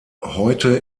heute